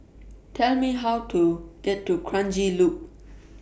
Tell Me How to get to Kranji Loop